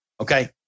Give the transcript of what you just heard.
Okay